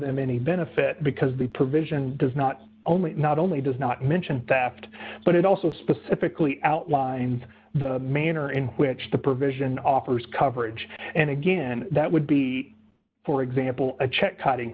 them any benefit because the provision does not only not only does not mention that but it also specifically outlines the manner in which the provision offers coverage and again that would be for example a check kiting